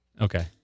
okay